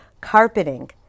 carpeting